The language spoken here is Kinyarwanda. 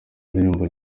ndirimbo